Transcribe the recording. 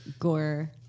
gore